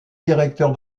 directeur